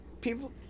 People